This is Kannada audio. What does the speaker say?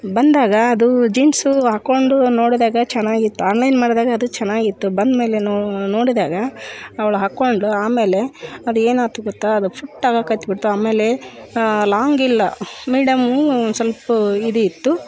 ಬಂದಾಗ ಅದು ಜೀನ್ಸು ಹಾಕಿಕೊಂಡು ನೋಡಿದಾಗ ಚೆನ್ನಾಗಿತ್ತು ಆನ್ಲೈನ್ ಮಾಡಿದಾಗ ಅದು ಚೆನ್ನಾಗಿತ್ತು ಬಂದ ಮೇಲೆ ನೋಡಿದಾಗ ಅವ್ಳು ಹಾಕ್ಕೊಂಡ್ಳು ಆಮೇಲೆ ಅದು ಏನಾಯ್ತು ಗೊತ್ತಾ ಅದು ಫಿಟ್ ಆಗಕ್ಕ ಹತ್ತಿಬಿಡ್ತು ಆಮೇಲೆ ಲಾಂಗಿಲ್ಲ ಮೀಡ್ಯಮ್ಮೂ ಸ್ವಲ್ಪ ಇದಿತ್ತು